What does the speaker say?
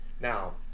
now